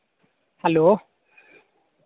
hello